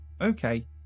okay